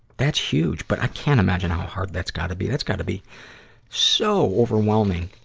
that's huge. but i can't imagine how hard that's gotta be. that's gotta be so overwhelming.